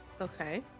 Okay